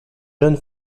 jeune